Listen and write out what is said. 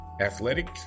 athletic